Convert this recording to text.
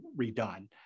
redone